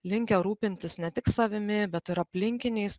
linkę rūpintis ne tik savimi bet ir aplinkiniais